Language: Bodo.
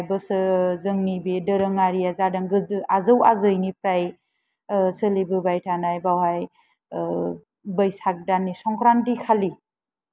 आमफ्राय बेहाय बोसो जोंनि बे दोरोङारिया जादों गोदो आजौ आजैनिफ्राय सोलिबोबाय थानाय बेहाय बैसाग दाननि संक्रान्ति खालि